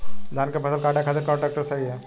धान के फसल काटे खातिर कौन ट्रैक्टर सही ह?